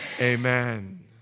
Amen